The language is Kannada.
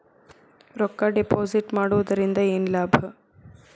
ರೊಕ್ಕ ಡಿಪಾಸಿಟ್ ಮಾಡುವುದರಿಂದ ಏನ್ ಲಾಭ?